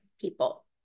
people